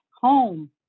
home